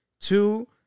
Two